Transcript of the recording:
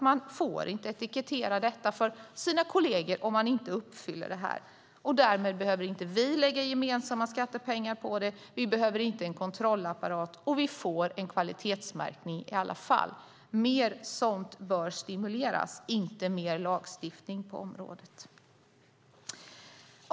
Man får inte etikettera om man inte uppfyller kraven, vilket ju så att sägas kontrolleras av kollegerna. Därmed behöver vi inte lägga gemensamma skattepengar på det, och vi behöver inte en kontrollapparat. Vi får ändå en kvalitetsmärkning. Mer sådant bör stimuleras, däremot inte mer lagstiftning på området.